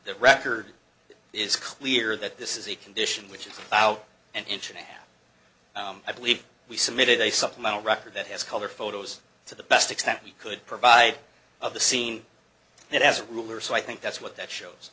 the record is clear that this is a condition which is about an inch and a half i believe we submitted a supplemental record that has color photos to the best extent we could provide of the scene that as a rule or so i think that's what that